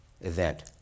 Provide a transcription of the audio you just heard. event